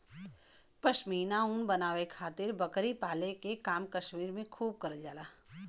पश्मीना ऊन बनावे खातिर बकरी पाले के काम कश्मीर में खूब करल जाला